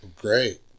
Great